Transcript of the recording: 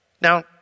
Now